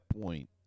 point